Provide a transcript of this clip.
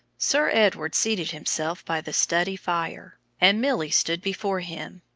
sir edward seated himself by the study fire, and milly stood before him,